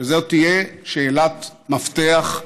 וזאת תהיה שאלת מפתח.